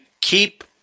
keep